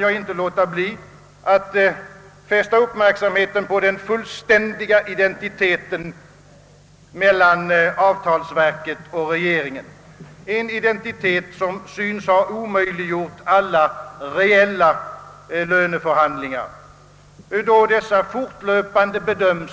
Jag vill fästa uppmärksamheten på den fullständiga identiteten mellan avtalsverket och regeringen, en identitet som syns ha omöjliggjort alla reella löneförhandlingar, eftersom dessa fortlöpande bedöms